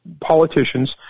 politicians